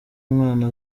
umwana